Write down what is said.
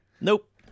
Nope